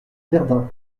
verdun